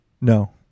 No